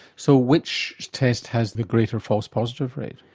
so which test has the greater false-positive rate?